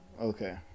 okay